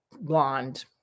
blonde